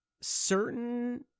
certain